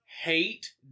hate